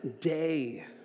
day